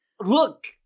look